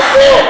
לא פה.